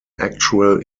actual